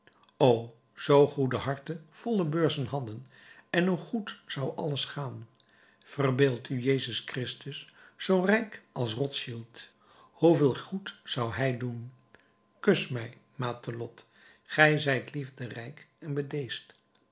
o zoo goede harten volle beurzen hadden hoe goed zou alles gaan verbeeld u jezus christus zoo rijk als rothschild hoeveel goed zou hij doen kus mij matelotte ge zijt liefderijk en